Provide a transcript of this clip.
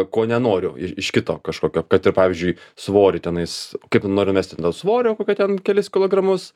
ko nenoriu i iš kito kažkokio kad ir pavyzdžiui svorį tenais kaip noriu numesti ten svorio kokio ten kelis kilogramus